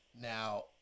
now